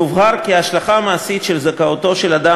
יובהר כי ההשלכה המעשית של זכאותו של אדם